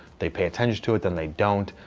they pay attention to it, then they don't.